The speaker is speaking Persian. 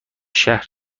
شهر